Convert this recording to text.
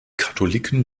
katholiken